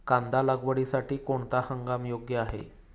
कांदा लागवडीसाठी कोणता हंगाम योग्य आहे?